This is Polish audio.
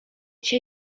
cię